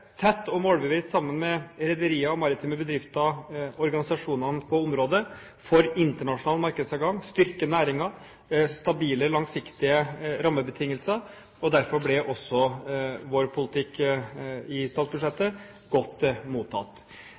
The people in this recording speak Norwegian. tett og målbevisst sammen med rederier og maritime bedrifter og organisasjonene på området for internasjonal markedsadgang, for å styrke næringen og for stabile langsiktige rammebetingelser. Derfor ble også vår politikk i statsbudsjettet godt mottatt.